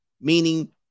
meaning